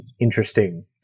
interesting